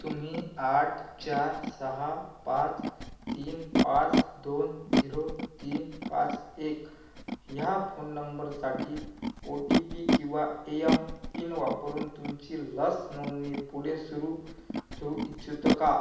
तुम्ही आठ चार सहा पाच तीन पाच दोन झिरो तीन पाच एक ह्या फोन नंबरसाठी ओ टी पी किंवा एयम पिन वापरून तुमची लस नोंदणी पुढे सुरू ठेवू इच्छिता का